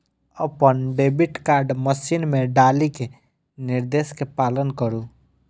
अपन debit card machine मे डालि कें निर्देश के पालन करु